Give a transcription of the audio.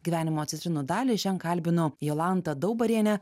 gyvenimo citrinų dalį šian kalbinu jolanta daubarienę